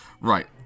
Right